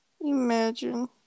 Imagine